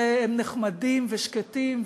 אלה נחמדים ושקטים.